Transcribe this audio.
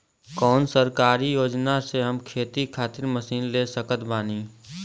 कौन सरकारी योजना से हम खेती खातिर मशीन ले सकत बानी?